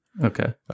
Okay